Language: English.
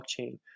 blockchain